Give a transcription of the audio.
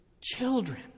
children